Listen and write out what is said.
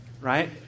right